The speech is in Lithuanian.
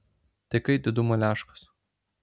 tai kai didumo leškos